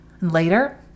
Later